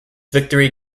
victory